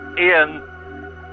Ian